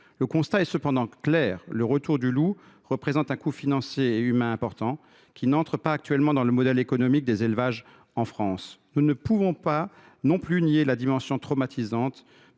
Le constat est cependant clair : le retour du loup représente un coût financier et humain important, qui n’est pas pris en compte dans le modèle économique actuel des élevages en France. Nous ne pouvons pas non plus nier la dimension traumatisante